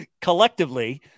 collectively